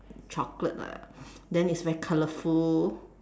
chocolate lah then it's very colourful